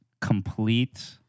complete